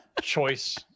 choice